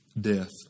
death